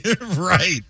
Right